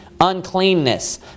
uncleanness